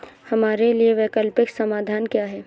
हमारे लिए वैकल्पिक समाधान क्या है?